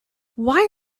why